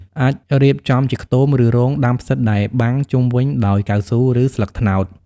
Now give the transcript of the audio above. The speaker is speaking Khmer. អាចរៀបចំជាខ្ទម ឬរោងដាំផ្សិតដែលបាំងជុំវិញដោយកៅស៊ូ ឬស្លឹកត្នោត។